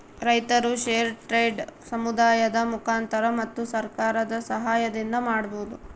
ರೈತರು fair trade ಸಮುದಾಯದ ಮುಖಾಂತರ ಮತ್ತು ಸರ್ಕಾರದ ಸಾಹಯದಿಂದ ಮಾಡ್ಬೋದು